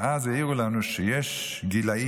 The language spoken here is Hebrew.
ואז העירו לנו שיש גילים,